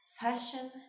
fashion